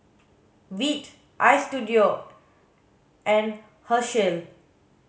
Veet Istudio and Herschel